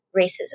racism